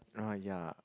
uh ya